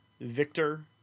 victor